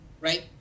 right